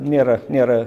nėra nėra